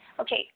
Okay